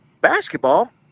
Basketball